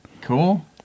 cool